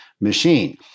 machine